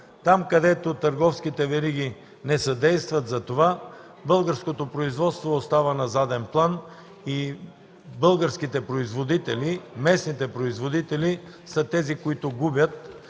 там, където търговските вериги не съдействат за това, българското производство остава на заден план и българските производители, местните производители са тези, които губят.